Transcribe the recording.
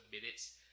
minutes